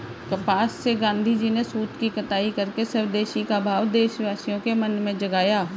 कपास से गाँधीजी ने सूत की कताई करके स्वदेशी का भाव देशवासियों के मन में जगाया